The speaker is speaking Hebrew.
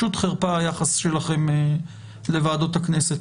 פשוט חרפה היחס שלכם לוועדות הכנסת.